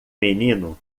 menino